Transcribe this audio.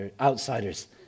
outsiders